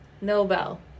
Nobel